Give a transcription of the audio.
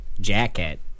jacket